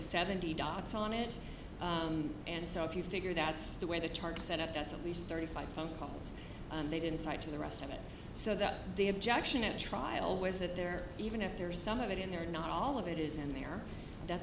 seventy dots on it and so if you figure that's the way the chart set up that's at least thirty five phone calls and they didn't cite to the rest of it so that the objection at trial was that there even if there is some of it in there not all of it is and they are that's